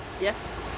yes